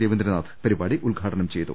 രവീന്ദ്രനാഥ് പരിപാടി ഉദ്ഘാടനം ചെയ്തു